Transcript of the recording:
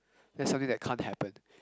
that's something that can't happen